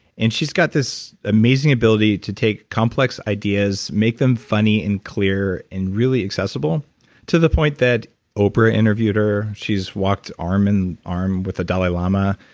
and she's got this amazing ability to take complex ideas, make them funny and clear and really accessible to the point that oprah interviewed her. she's walked arm in arm with the dalai lama.